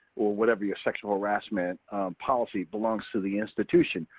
or whatever your sexual harassment policy belongs to the institution.